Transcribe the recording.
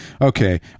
okay